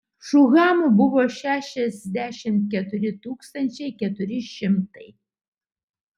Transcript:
šuhamų buvo šešiasdešimt keturi tūkstančiai keturi šimtai